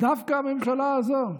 שדווקא הממשלה הזאת,